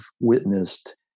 witnessed